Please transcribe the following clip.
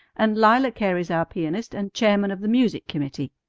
and lila cary's our pianist and chairman of the music committee.